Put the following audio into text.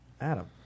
Adam